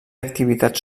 activitats